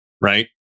right